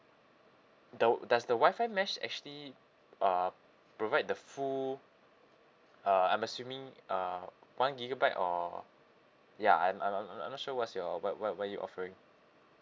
the does the wi-fi mesh actually uh provide the full uh I'm assuming uh one gigabyte or ya I'm I'm I'm I'm not sure what's your what what what you offering